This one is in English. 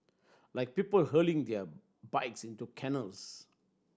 like people hurling their bikes into canals